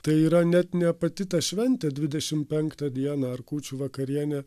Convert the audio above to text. tai yra net ne pati ta šventė dvidešim penktą dieną ar kūčių vakarienė